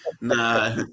Nah